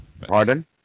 Pardon